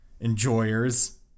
enjoyers